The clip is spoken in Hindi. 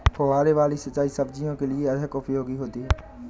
फुहारे वाली सिंचाई सब्जियों के लिए अधिक उपयोगी होती है?